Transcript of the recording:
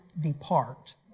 depart